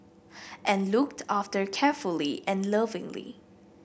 and looked after carefully and lovingly